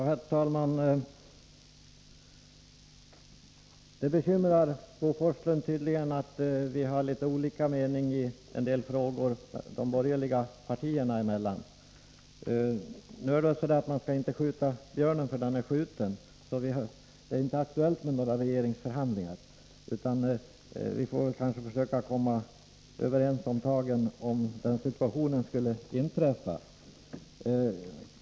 Herr talman! Det bekymrar tydligen Bo Forslund att de borgerliga partierna har olika mening i en del frågor. Men man skall inte sälja skinnet förrän björnen är skjuten, så det är inte aktuellt med några regeringsförhandlingar. Vi får försöka komma överens om tagen, om den situationen skulle inträffa.